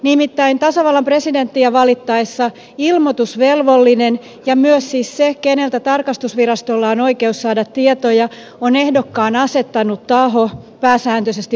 nimittäin tasavallan presidenttiä valittaessa ilmoitusvelvollinen ja siis myös se keneltä tarkastusvirastolla on oikeus saada tietoja on ehdokkaan asettanut taho pääsääntöisesti puolue